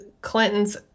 Clinton's